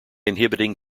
inhibiting